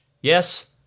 Yes